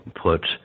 put